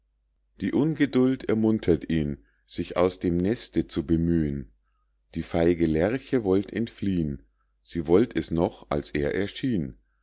die ungeduld ermuntert ihn sich aus dem neste zu bemühen die feige lerche wollt entfliehen sie wollt es noch als er erschien